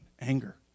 anger